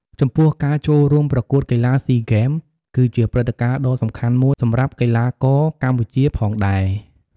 ចំពោះ ការចូលរួមប្រកួតកីឡាស៊ីហ្គេម គឺជាព្រឹត្តិការណ៍ដ៏សំខាន់មួយសម្រាប់កីឡាករកម្ពុជាផងដែរ។